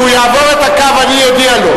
כשהוא יעבור את הקו אני אודיע לו.